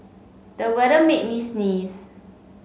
the weather made me sneeze